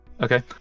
Okay